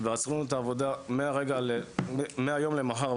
ועצרו לנו את העבודה מהיום למחר.